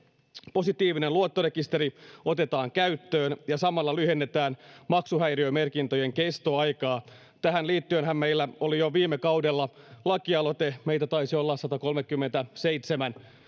positiivinen luottorekisteri otetaan käyttöön ja samalla lyhennetään maksuhäiriömerkintöjen kestoaikaa tähän liittyenhän meillä oli jo viime kaudella lakialoite meitä taisi olla satakolmekymmentäseitsemän